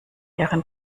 ihren